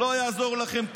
לא יעזור לכם כלום,